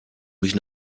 mich